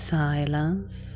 silence